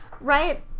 right